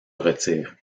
retirent